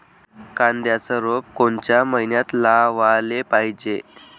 कांद्याचं रोप कोनच्या मइन्यात लावाले पायजे?